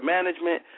Management